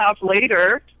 later